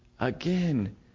Again